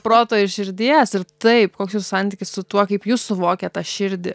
proto ir širdies ir taip koks jūsų santykis su tuo kaip jūs suvokiat tą širdį